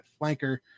flanker